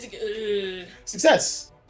Success